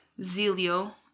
Zilio